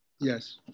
Yes